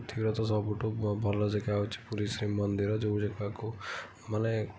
ପୃଥିବୀର ତ ସବୁଠାରୁ ଭଲ ଦେଖାହେଉଛି ପୁରୀ ଶ୍ରୀ ମନ୍ଦିର ମାନେ